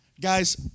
Guys